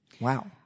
Wow